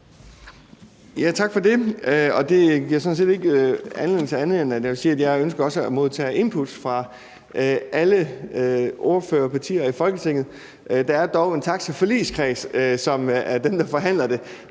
Tak for det. Det giver sådan set ikke anledning til andet end at sige, at jeg også ønsker at modtage input fra alle ordførere og partier i Folketinget. Der er dog en taxaforligskreds, som er dem, der forhandler det,